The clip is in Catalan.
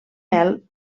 mel